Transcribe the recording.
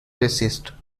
resist